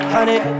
Honey